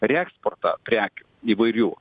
reeksportą prekių įvairių